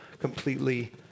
Completely